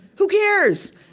who cares?